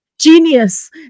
genius